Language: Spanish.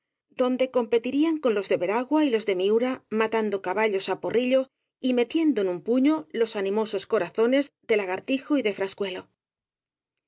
donde compe tirían con los de veragua y los de miura matando caballos á porrillo y metiendo en un puño los ani mosos corazones de lagartijo y de